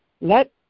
let